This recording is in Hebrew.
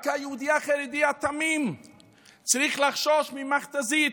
רק היהודי החרדי התמים צריך לחשוש ממכת"זית,